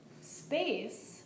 space